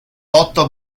lotto